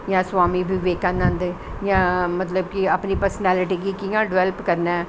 जां सवामी विवेकानन्द जां अपनी प्रसनैल्टी गी कियां डिवैल्प करनां ऐ